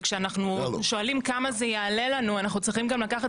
וכשאנחנו שואלים כמה זה יעלה לנו אנחנו צריכים גם לקחת